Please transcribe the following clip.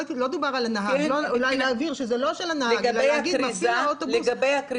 לא דובר על הנהג, אלא להגיד מפעיל הקו.